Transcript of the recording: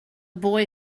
boy